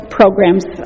programs